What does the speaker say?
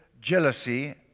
jealousy